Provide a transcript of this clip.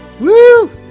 Woo